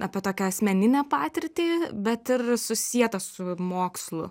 apie tokią asmeninę patirtį bet ir susietas su mokslu